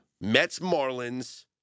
Mets-Marlins